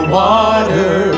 water